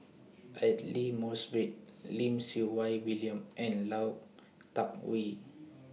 Aidli Mosbit Lim Siew Wai William and law Tuck Yew